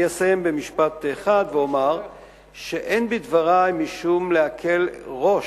אני אסיים במשפט אחד ואומר שאין בדברי משום הקלת ראש,